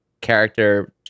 character